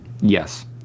Yes